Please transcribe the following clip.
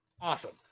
Awesome